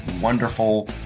wonderful